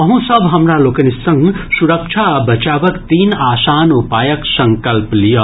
अहूँ सभ हमरा लोकनि संग सुरक्षा आ बचावक तीन आसान उपायक संकल्प लियऽ